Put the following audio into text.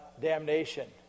damnation